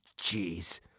jeez